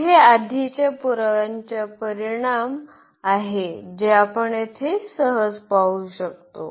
तर हे आधीच्या पुराव्यांचा परिणाम आहे जे आपण येथे सहज पाहू शकतो